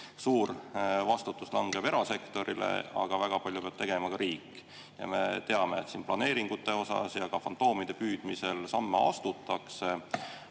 Suur vastutus langeb erasektorile, aga väga palju peab tegema ka riik. Me teame, et planeeringute osas ja ka fantoomide püüdmisel samme astutakse.